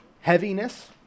heaviness